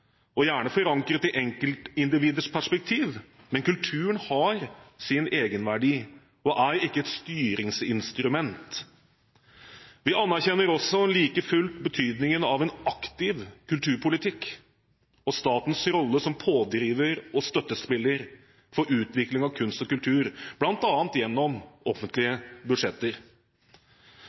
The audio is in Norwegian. gjerne forankret i enkeltindividers perspektiv, men kulturen har sin egenverdi og er ikke et styringsinstrument. Vi anerkjenner også like fullt betydningen av en aktiv kulturpolitikk – statens rolle som pådriver og støttespiller for utvikling av kunst og kultur, bl.a. gjennom offentlige budsjetter.